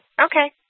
Okay